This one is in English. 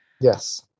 Yes